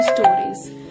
stories